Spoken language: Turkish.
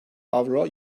avro